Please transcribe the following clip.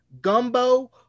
gumbo